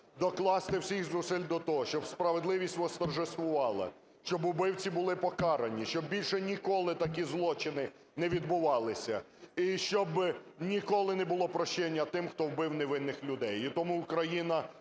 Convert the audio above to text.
докласти всіх зусиль до того, щоб справедливість восторжествувала, щоб убивці були покарані, щоб більше ніколи такі злочини не відбувалися і щоб ніколи не було прощения тим, хто вбив невинних людей. І тому Україна